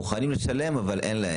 מוכנים לשלם אבל אין להם.